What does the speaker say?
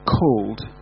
called